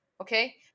Okay